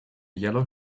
yellow